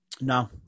No